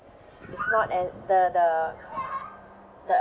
it's not at the the the